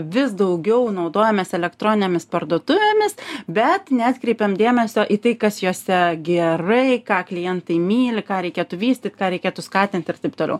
vis daugiau naudojamės elektroninėmis parduotuvėmis bet neatkreipiam dėmesio į tai kas jose gerai ką klientai myli ką reikėtų vystyt ką reikėtų skatint ir taip toliau